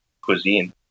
cuisine